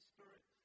Spirit